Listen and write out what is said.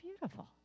beautiful